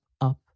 up